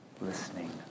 listening